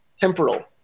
temporal